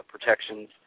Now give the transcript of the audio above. protections